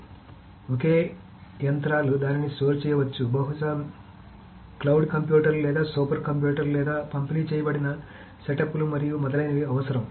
కాబట్టి ఒకే యంత్రాలు దానిని స్టోర్ చేయకపోవచ్చు మీకు బహుశా క్లౌడ్ కంప్యూటర్లు లేదా సూపర్ కంప్యూటర్లు లేదా పంపిణీ చేయబడిన సెటప్లు మరియు మొదలైనవి అవసరం